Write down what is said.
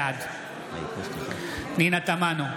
בעד פנינה תמנו,